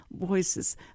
voices